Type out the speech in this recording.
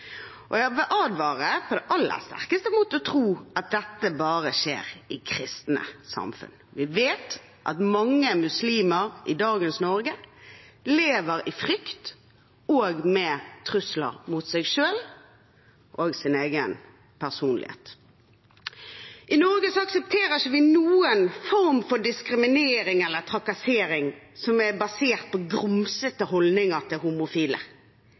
Og jeg vil advare på det aller sterkeste mot å tro at dette bare skjer i kristne samfunn. Vi vet at mange muslimer i dagens Norge lever i frykt og med trusler mot seg selv og sin egen personlighet. I Norge aksepterer vi ikke noen form for diskriminering eller trakassering basert på grumsete holdninger til homofile.